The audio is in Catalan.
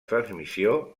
transmissió